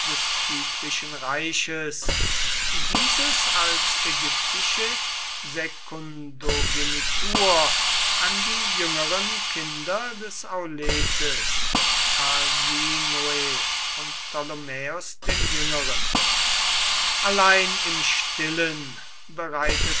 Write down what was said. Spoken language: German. des kyprischen reiches dieses als ägyptische sekundogenitur an die jüngeren kinder des auletes arsinoe und ptolemaeos den jüngeren allein im stillen bereitete